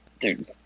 dude